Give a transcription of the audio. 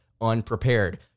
unprepared